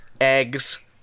eggs